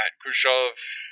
Khrushchev